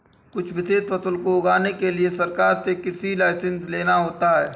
कुछ विशेष फसलों को उगाने के लिए सरकार से कृषि लाइसेंस लेना होता है